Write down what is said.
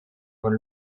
von